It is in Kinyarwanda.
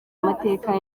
amateka